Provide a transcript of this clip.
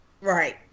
Right